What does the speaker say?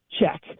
Check